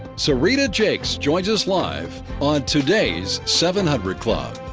serita jakes joins us live on today's seven hundred club.